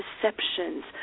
perceptions